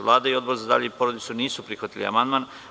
Vlada i Odbor za zdravlje i porodicu, nisu prihvatili amandman.